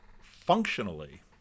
Functionally